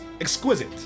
exquisite